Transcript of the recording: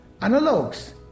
analogues